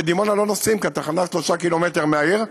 בדימונה לא נוסעים כי התחנה שלושה קילומטרים מהעיר.